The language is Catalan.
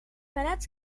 barats